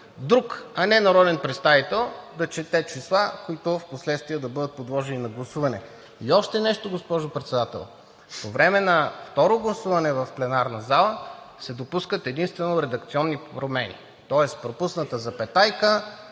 друг, а не народен представител, да чете числа, които впоследствие да бъдат подложени на гласуване. И още нещо, госпожо Председател! По време на второ гласуване в пленарната зала се допускат единствено редакционни промени, тоест пропусната запетайка,